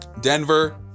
Denver